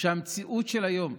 שבמציאות של היום,